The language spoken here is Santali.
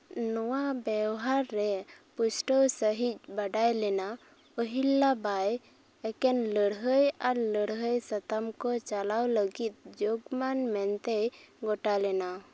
ᱱᱚᱣᱟ ᱵᱮᱣᱦᱟᱨ ᱨᱮ ᱯᱩᱥᱴᱟᱹᱣ ᱥᱟᱺᱦᱤᱡ ᱵᱟᱰᱟᱭ ᱞᱮᱱᱟ ᱚᱦᱤᱞᱞᱟ ᱵᱟᱭ ᱮᱠᱮᱱ ᱞᱟᱹᱲᱦᱟᱹᱭ ᱟᱨ ᱞᱟᱹᱲᱦᱟᱹᱭ ᱥᱟᱛᱟᱢ ᱠᱚ ᱪᱟᱞᱟᱣ ᱞᱟᱹᱜᱤᱫ ᱡᱳᱜᱽᱢᱟᱱ ᱢᱮᱱᱛᱮᱭ ᱜᱚᱴᱟ ᱞᱮᱱᱟ